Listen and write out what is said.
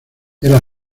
era